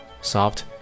soft